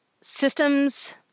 systems